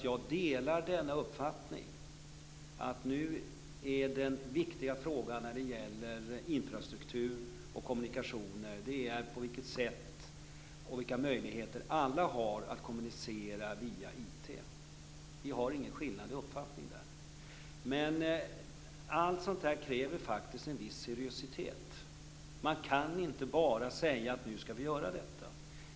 Jag delar denna uppfattning. När det gäller infrastruktur och kommunikationer är nu den viktiga frågan sättet och vilka möjligheter alla har att kommunicera via IT. Det finns ingen skillnad i uppfattning där mellan oss. Allt sådant kräver dock en viss seriositet. Man kan inte bara säga att nu skall vi göra detta.